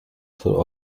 through